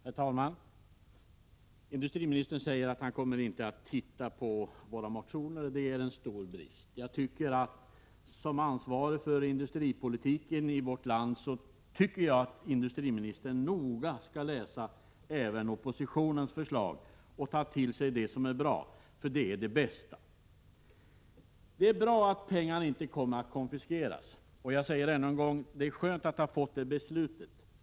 Herr talman! Industriministern säger att han inte kommer att titta på våra motioner, och det är en stor brist. Industriministern borde som ansvarig för industripolitiken i vårt land noga studera även oppositionens förslag och ta till sig det som är bra. Detta är bästa sättet. Det är bra att pengarna inte kommer att konfiskeras, och jag säger ännu en gång att det är skönt att ha fått det beskedet.